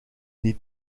niet